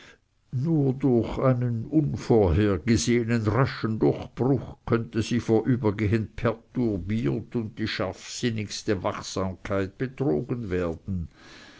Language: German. nur durch einen unvorhergesehenen raschen durchbruch könnte sie vorübergehend perturbiert und die scharfsichtigste wachsamkeit betrogen werden